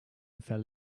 fell